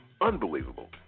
Unbelievable